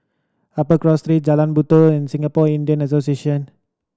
Upper Cross Street Jalan Batu and Singapore Indian Association